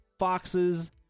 foxes